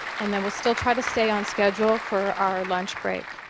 and then we'll still try to stay on schedule for our lunch break.